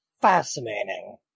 Fascinating